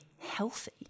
healthy